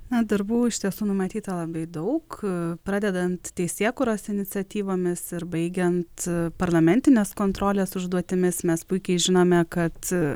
na darbų iš tiesų numatyta labai daug pradedant teisėkūros iniciatyvomis ir baigiant parlamentinės kontrolės užduotimis mes puikiai žinome kad